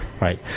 right